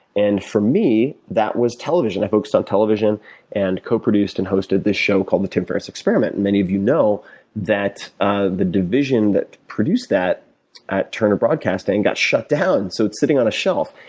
and for me, that was television. i focused on television and co-produced and hosted this show called the tim ferriss experiment. and many of you know that ah the division that produced that at turner broadcasting got shut down, so it's sitting on a shelf.